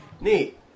Neat